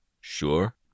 Sure